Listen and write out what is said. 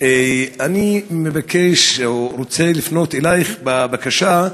אני מבקש או רוצה לפנות אלייך בבקשה,